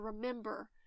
remember